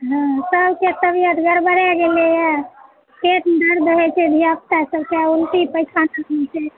हॅं सांझ सॅं तबियत गरबराय गेलै यऽ पेट गड़बड़ा गेलैया धियापुता सब के उल्टी पैखाना होइ छै